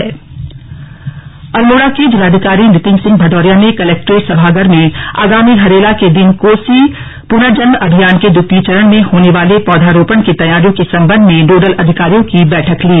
हरेला पौधारोपण अल्मोड़ा के जिलाधिकारी नितिन सिहं भदौरिया ने कलैक्ट्रेट सभागार में आगामी हरेला के दिन कोसी पुनर्जन्म अभियान के द्वितीय चरण में होने वाले पौधारोपण की तैयारियों के सम्बन्ध में नोडल अधिकारियों की बैठक ली